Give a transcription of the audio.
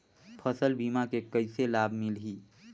फसल बीमा के कइसे लाभ मिलही?